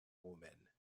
romaine